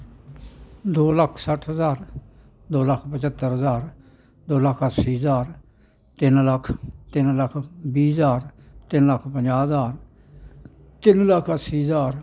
दो लक्ख सट्ठ हजार दो लक्ख पचत्तर हजार दो लक्ख अस्सी हजार तिन्न लक्ख तिन्न लक्ख बीह् हजार तिन्न लक्ख पंजा हजार तिन्न लक्ख अस्सी हजार